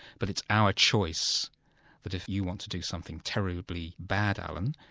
but it's our choice that if you want to do something terribly bad, alan,